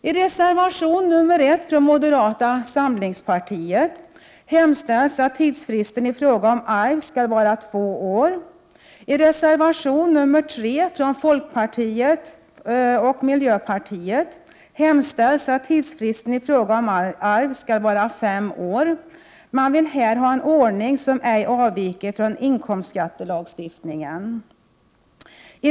I reservation nr 2 från folkpartiet och miljöpartiet hemställs att tidsfristen i fråga om arv skall vara fem år. Man vill här ha en ordning som ej avviker från inkomstskattelagstiftningen.